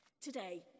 Today